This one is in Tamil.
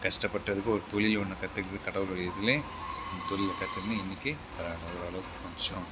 கஷ்டப்பட்டதுக்கு ஒரு தொழில் ஒன்று கற்றுக்கிட்டது கடவுளுடைய இதிலே தொழில் கற்றுக்கின்னு இன்னிக்கி நான் ஓரளவுக்கு கொஞ்சம்